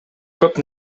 көп